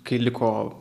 kai liko